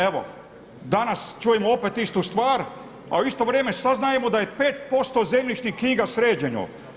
Evo, danas čujemo opet istu stvar a u isto vrijeme saznajemo da je 5% zemljišnih knjiga sređeno.